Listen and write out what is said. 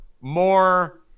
More